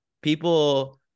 people